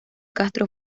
castro